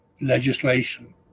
legislation